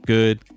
Good